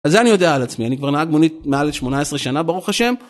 אז זה אני יודע על עצמי, אני כבר נהג מונית מעל 18 שנה, ברוך השם.